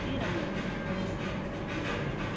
अति राम्रो भएको थियो हजुर